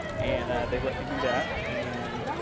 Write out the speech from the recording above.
and they let me do that. and